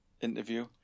interview